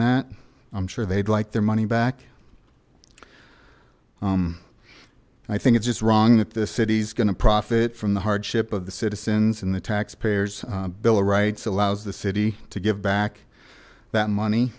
that i'm sure they'd like their money back um i think it's just wrong that the city's gonna profit from the hardship of the citizens and the taxpayers bill of rights allows the city to give back that money